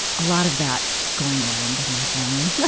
a lot of that going around my family. yeah